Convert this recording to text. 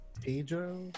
Pedro